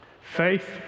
Faith